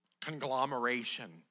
conglomeration